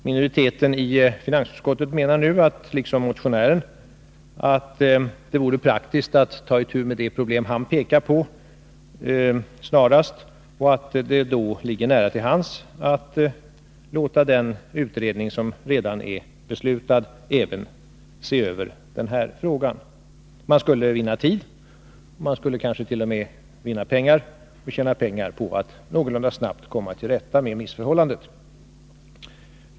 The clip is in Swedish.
Minoriteten i finansutskottet menar nu, liksom motionären, att det vore praktiskt att snarast ta itu med det problem som uppmärksammas i motionen, och att det då ligger nära till hands att låta den utredning som redan är beslutad se över även den frågan. Man skulle vinna tid och kanske t.o.m. pengar på att någorlunda snabbt komma till rätta med missförhållandet.